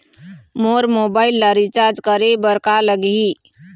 मोर mobile ला recharge करे बर का लगही?